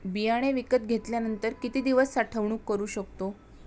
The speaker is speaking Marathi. बियाणे विकत घेतल्यानंतर किती दिवस साठवणूक करू शकतो?